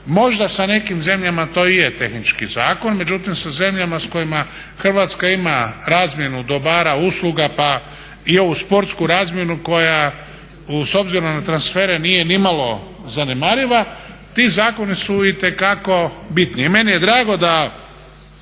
Možda sa nekim zemljama to i je tehnički zakon, međutim sa zemljama s kojima Hrvatska ima razmjenu dobara i usluga pa i ovu sportsku razmjenu koja s obzirom na transfere nije nimalo zanemariva. Ti zakoni su itekako bitni.